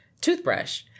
toothbrush